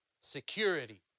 Security